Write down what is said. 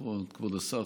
כבוד השר,